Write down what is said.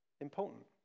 important